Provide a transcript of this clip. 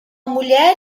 mulher